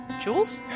Jules